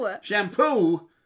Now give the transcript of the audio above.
Shampoo